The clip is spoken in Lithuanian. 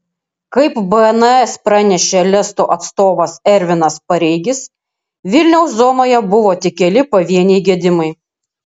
kaip bns pranešė lesto atstovas ervinas pareigis vilniaus zonoje buvo tik keli pavieniai gedimai